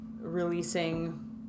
releasing